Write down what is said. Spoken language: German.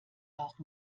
auch